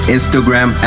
Instagram